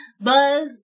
Buzz